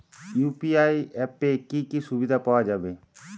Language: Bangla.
ইউ.পি.আই অ্যাপে কি কি সুবিধা পাওয়া যাবে?